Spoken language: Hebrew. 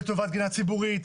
לטובת גינה ציבורית,